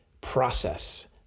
process